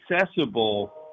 accessible